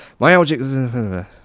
myalgic